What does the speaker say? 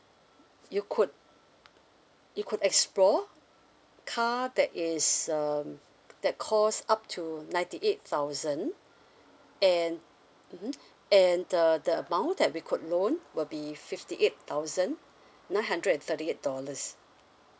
you could you could explore car that is um that calls up to ninety eight thousand and mmhmm and the the amount that we could loan will be fifty eight thousand nine hundred and thirty eight dollars